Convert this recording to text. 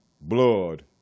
blood